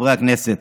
חברי הכנסת,